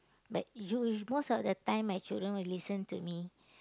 but you most of the time my children will listen to me